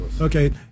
Okay